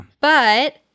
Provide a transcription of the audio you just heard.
But-